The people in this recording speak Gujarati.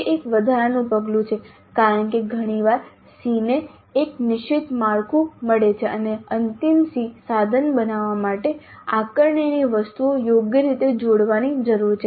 તે એક વધારાનું પગલું છે કારણ કે ઘણીવાર SEE ને એક નિશ્ચિત માળખું મળે છે અને અંતિમ SEE સાધન બનાવવા માટે આકારણીની વસ્તુઓ યોગ્ય રીતે જોડવાની જરૂર છે